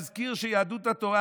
אזכיר שיהדות התורה,